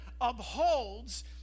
upholds